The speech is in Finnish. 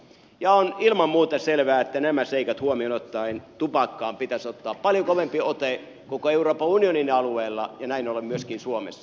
on ilman muuta selvää että nämä seikat huomioon ottaen tupakkaan pitäisi ottaa paljon kovempi ote koko euroopan unionin alueella ja näin ollen myöskin suomessa